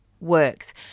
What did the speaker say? works